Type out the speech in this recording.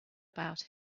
about